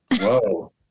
Whoa